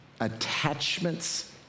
attachments